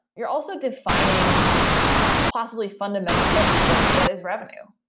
you're also defining possibly fundamental things, like what is revenue,